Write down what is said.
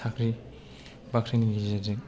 साख्रि बाख्रिनि गेजेरजों